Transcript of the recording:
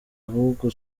ahubwo